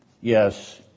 Yes